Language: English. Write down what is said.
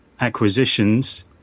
acquisitions